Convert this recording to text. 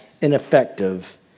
ineffective